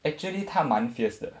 actually 她蛮 fierce 的